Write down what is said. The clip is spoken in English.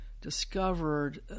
discovered